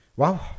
Wow